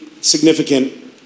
significant